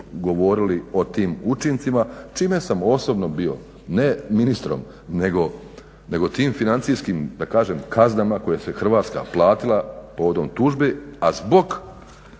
govorili o tim učincima čime sam osobno bio ne ministrom nego tim financijskim da kažem kaznama koje je Hrvatska platila povodom tužbe a zbog